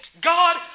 God